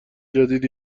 جدید